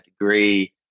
degree